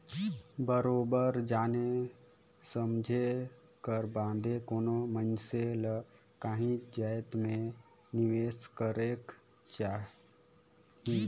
बरोबेर जाने समुझे कर बादे कोनो मइनसे ल काहींच जाएत में निवेस करेक जाही